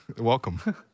welcome